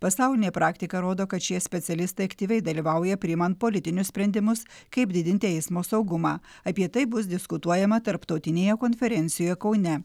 pasaulinė praktika rodo kad šie specialistai aktyviai dalyvauja priimant politinius sprendimus kaip didinti eismo saugumą apie tai bus diskutuojama tarptautinėje konferencijoje kaune